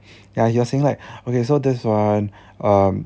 ya he was saying like okay so there's [one] um